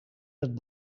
het